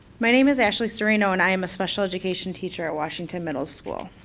my name is ashley serino and i am a special-education teacher at washington middle school.